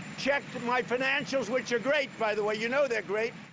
checked my financials, which are great by the way. you know they're great.